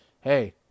Hey